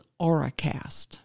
AuraCast